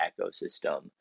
ecosystem